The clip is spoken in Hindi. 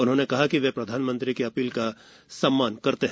उन्होंने कहा कि वे प्रधानमंत्री की अपील का सम्मान करते हैं